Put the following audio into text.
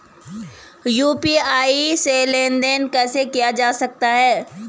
UPI से लेनदेन कैसे किया जा सकता है?